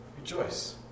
Rejoice